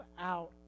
out